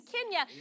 Kenya